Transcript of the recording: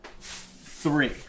three